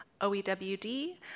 OEWD